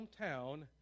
hometown